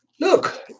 Look